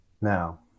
Now